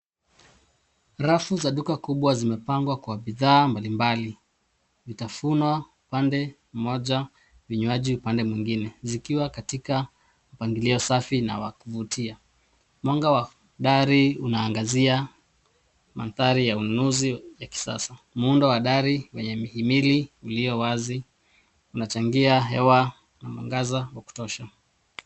Rafu za duka kubwa zimepangwa kwa bidhaa mbalimbali, vitafunwa upande mmoja, vinywaji upande mwingine zikiwa katika mpangilio safi na wa kuvutia. Mwanga wa dari unaangazia mandhari ya ununuzi ya kisasa. Muundo wa dari wenye mihimili ulio wazi unachangia hewa na mwangaza wa kutosha.